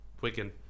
Wigan